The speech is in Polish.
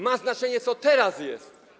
Ma znaczenie, co teraz jest.